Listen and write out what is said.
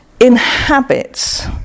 inhabits